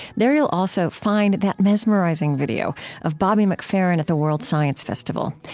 there you'll also find that mesmerizing video of bobby mcferrin at the world science festival,